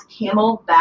Camelback